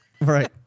Right